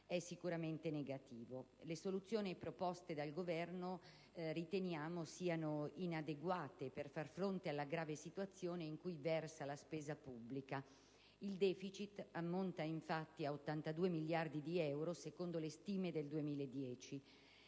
è decisamente negativo. Le soluzioni proposte dal Governo sono inadeguate, sia per far fronte alla grave situazione in cui versa la spesa pubblica, il *deficit* ammonta infatti a 82 miliardi di euro secondo le stime del 2010,